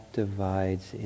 divides